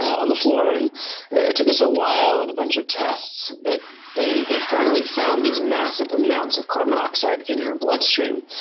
on the floor. and it took us a while and a bunch of tests but they they finally found these massive amounts of carbon monoxide in her blood stream.